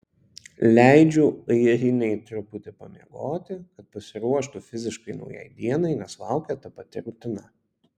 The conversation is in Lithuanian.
leidžiu airinei truputį pamiegoti kad pasiruoštų fiziškai naujai dienai nes laukia ta pati rutina